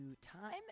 time